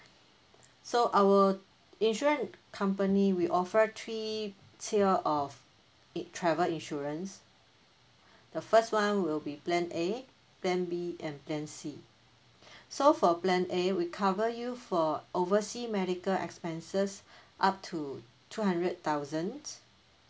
so our insurance company we offer three tier of i~ travel insurance the first one will be plan A plan B and plan C so for plan A we cover you for oversea medical expenses up to two hundred thousand